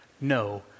no